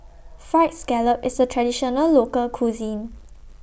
Fried Scallop IS A Traditional Local Cuisine